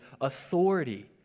authority